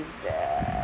uh